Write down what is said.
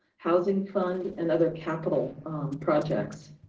housing fund, and other capital projects.